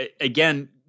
again